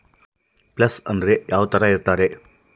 Place ಅಂದ್ರೆ ಯಾವ್ತರ ಇರ್ತಾರೆ?